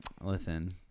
Listen